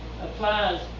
applies